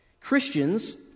Christians